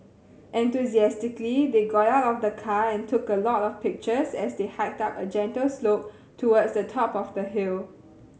enthusiastically they got out of the car and took a lot of pictures as they hiked up a gentle slope towards the top of the hill